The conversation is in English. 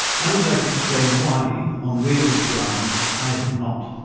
i would like to explain why, on realist grounds, i have not.